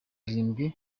arindwi